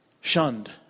shunned